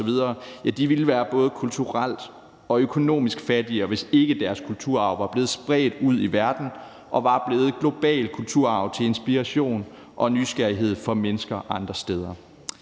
ville være både kulturelt og økonomisk fattigere, hvis ikke deres kulturarv var blevet spredt ud i verden og var blivet global kulturarv til inspiration og nysgerrighed for mennesker andre steder.